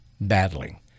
battling